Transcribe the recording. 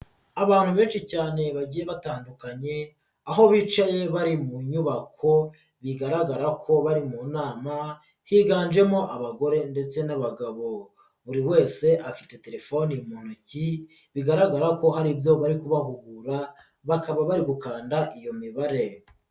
Abantu benshi cyane bagiye batandukanye, aho bicaye bari mu nyubako bigaragara ko bari mu nama, higanjemo abagore ndetse n'abagabo, buri wese afite telefoni mu ntoki bigaragara ko hari ibyo bari kubahugura, bakaba bari gukanda iyo mibare.